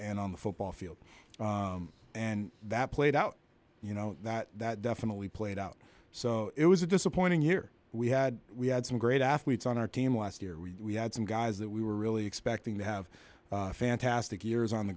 and on the football field and that played out you know that that definitely played out so it was a disappointing year we had we had some great athletes on our team last year we had some guys that we were really expecting to have fantastic years on the